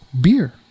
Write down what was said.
beer